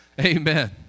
Amen